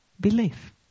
belief